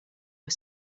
was